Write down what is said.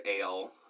Ale